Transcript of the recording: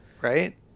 right